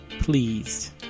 Please